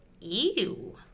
Ew